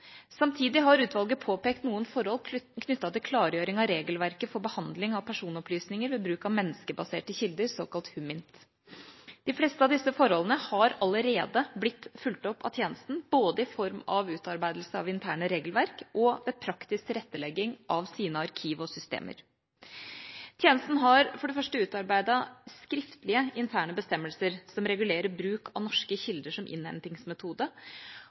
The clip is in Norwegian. Samtidig har utvalget påpekt noen forhold knyttet til klargjøring av regelverket for behandling av personopplysninger ved bruk av menneskebaserte kilder – såkalt HUMINT. De fleste av disse forholdene har allerede blitt fulgt opp av tjenesten, både i form av utarbeidelse av interne regelverk og ved praktisk tilrettelegging av arkiver og systemer. Tjenesten har for det første utarbeidet skriftlige interne bestemmelser som regulerer bruk av norske kilder som innhentingsmetode.